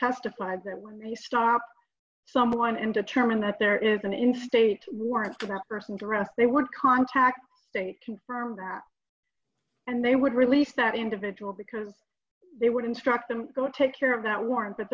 testified that when they stop someone and determine that there is an interstate warrant about person dress they would contact they confirm that and they would release that individual because they would instruct them to go take care of that warrant but